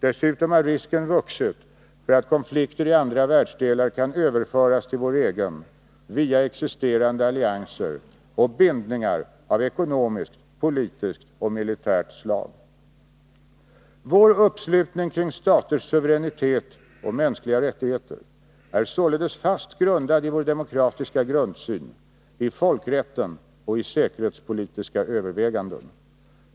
Dessutom har risken vuxit för att konflikter i andra världsdelar kan överföras till vår egen via existerande allianser och bindningar av ekonomiskt, politiskt och militärt slag. Vår uppslutning kring staters suveränitet och mänskliga rättigheter är således fast grundad i vår demokratiska grundsyn, i folkrätten och i säkerhetspolitiska överväganden.